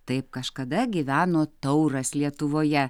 taip kažkada gyveno tauras lietuvoje